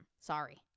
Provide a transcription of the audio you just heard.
Sorry